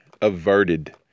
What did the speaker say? averted